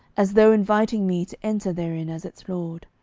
as though inviting me to enter therein as its lord?